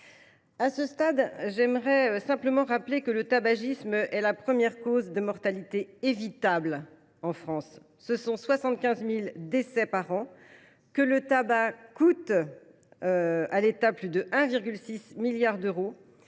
À ce stade, je souhaite simplement rappeler que le tabagisme est la première cause de mortalité évitable en France, qu’il cause 75 000 décès par an, que le tabac coûte à l’État plus de 1,6 milliard d’euros